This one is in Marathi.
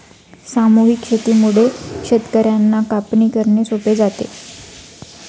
सामूहिक शेतीमुळे शेतकर्यांना कापणी करणे सोपे जाते